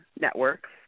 networks